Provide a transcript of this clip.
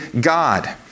God